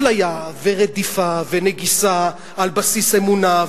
אפליה ורדיפה ונגיסה על בסיס אמונה,